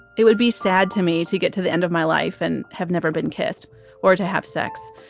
it would be sad to me to get to the end of my life and have never been kissed or to have sex.